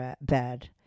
bed